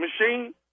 machine